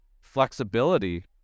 flexibility